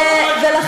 אתם,